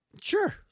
Sure